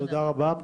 תודה רבה.